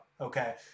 okay